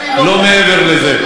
לא מעבר לזה.